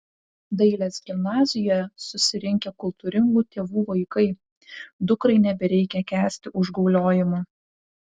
dailės gimnazijoje susirinkę kultūringų tėvų vaikai dukrai nebereikia kęsti užgauliojimų